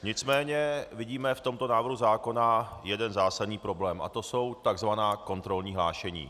Nicméně vidíme v tomto návrhu zákona jeden zásadní problém, a to jsou takzvaná kontrolní hlášení.